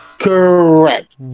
Correct